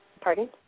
Pardon